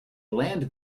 land